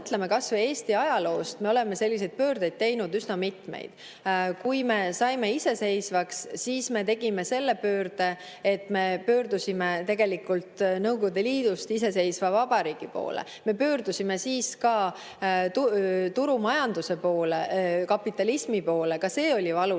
kas või Eesti ajaloost, me oleme selliseid pöördeid teinud üsna mitmeid. Kui me saime iseseisvaks, siis me tegime selle pöörde, et me pöördusime Nõukogude Liidust iseseisva vabariigi poole. Me pöördusime siis ka turumajanduse poole, kapitalismi poole. Ka see oli valuline